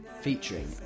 featuring